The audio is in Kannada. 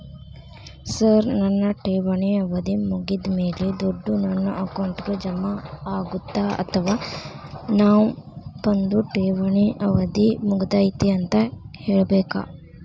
ಸರ್ ನನ್ನ ಠೇವಣಿ ಅವಧಿ ಮುಗಿದಮೇಲೆ, ದುಡ್ಡು ನನ್ನ ಅಕೌಂಟ್ಗೆ ಜಮಾ ಆಗುತ್ತ ಅಥವಾ ನಾವ್ ಬಂದು ಠೇವಣಿ ಅವಧಿ ಮುಗದೈತಿ ಅಂತ ಹೇಳಬೇಕ?